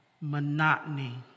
monotony